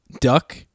duck